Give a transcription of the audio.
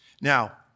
Now